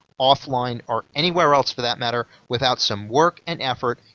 offline or anywhere else for that matter, without some work and effort,